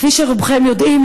כפי שרובכם יודעים,